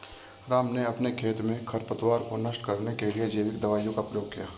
राम ने अपने खेत में खरपतवार को नष्ट करने के लिए जैविक दवाइयों का प्रयोग किया